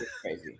crazy